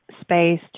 space